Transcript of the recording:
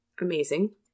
Amazing